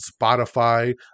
Spotify